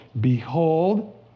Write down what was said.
Behold